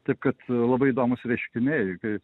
taip kad labai įdomūs reiškiniai kai